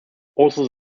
although